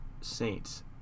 Saints